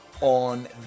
on